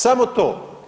Samo to.